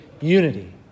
unity